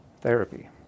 therapy